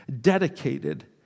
dedicated